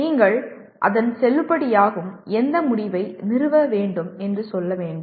நீங்கள் அதன் செல்லுபடியாகும் எந்த முடிவை நிறுவ வேண்டும் என்று சொல்ல வேண்டும்